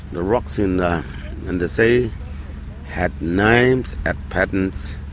the rocks in the and the sea, had names and patterns